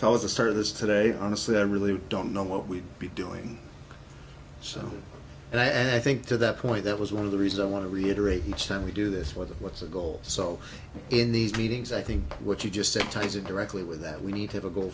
is the start of this today honestly i really don't know what we'd be doing so and i think to that point that was one of the reason i want to reiterate each time we do this whether what's a goal so in these meetings i think what you just said ties it directly with that we need have a goal